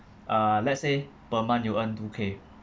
uh let's say per month you earn two K